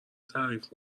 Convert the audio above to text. تعریف